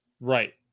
Right